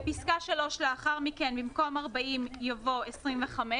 בפסקה (3) לאחר מכן במקום: "40" יבוא- "25".